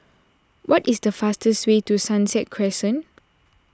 what is the fastest way to Sunset Crescent